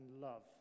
love